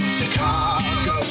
Chicago